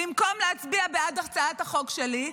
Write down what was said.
במקום להצביע בעד הצעת החוק שלי,